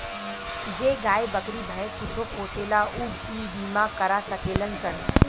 जे गाय, बकरी, भैंस कुछो पोसेला ऊ इ बीमा करा सकेलन सन